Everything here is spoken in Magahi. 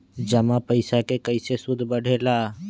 जमा पईसा के कइसे सूद बढे ला?